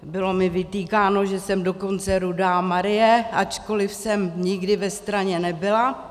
Bylo mi vytýkáno, že jsem dokonce rudá Marie, ačkoli jsem nikdy ve straně nebyla.